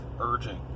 urging